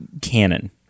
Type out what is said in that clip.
canon